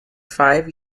five